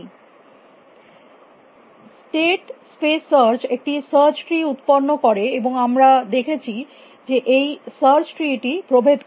এবং state space search একটি search tree উত্পন্ন করে স্টেট স্পেস সার্চ একটি সার্চ ট্রি উত্পন্ন করে এবং আমরা দেখেছি যে এই সার্চ ট্রি টি প্রভেদ করে